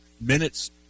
minutes